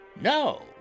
No